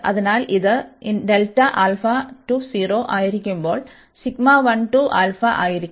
അതിനാൽ ഇത് ആയിരിക്കുമ്പോൾ